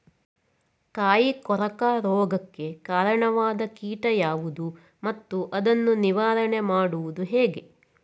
ಕಾಯಿ ಕೊರಕ ರೋಗಕ್ಕೆ ಕಾರಣವಾದ ಕೀಟ ಯಾವುದು ಮತ್ತು ಅದನ್ನು ನಿವಾರಣೆ ಮಾಡುವುದು ಹೇಗೆ?